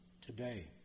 Today